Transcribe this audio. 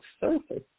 surface